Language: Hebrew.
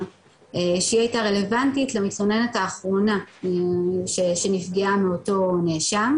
שהיא הייתה רלבנטית למתלוננת האחרונה שנפגעה מאותו נאשם,